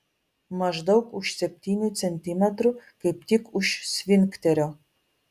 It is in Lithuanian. maždaug už septynių centimetrų kaip tik už sfinkterio